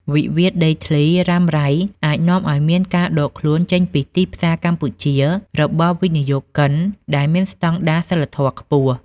វិវាទដីធ្លីរ៉ាំរ៉ៃអាចនាំឱ្យមានការដកខ្លួនចេញពីទីផ្សារកម្ពុជា របស់វិនិយោគិនដែលមានស្ដង់ដារសីលធម៌ខ្ពស់។